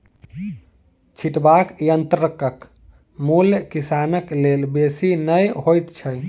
छिटबाक यंत्रक मूल्य किसानक लेल बेसी नै होइत छै